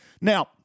Now